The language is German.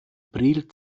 priel